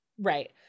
Right